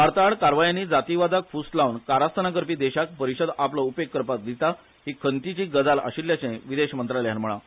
भारताआड कारवायांनी जातीयवादाक फूस लावन कारस्थाना करपी देशाक परिषद आपलो उपेग करपाक दिता ही खेदाची गजाल आशिल्ल्याचे विदेश मंत्रालयान म्हळा